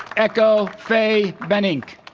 echo faye bennink